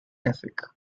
ethic